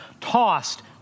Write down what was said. tossed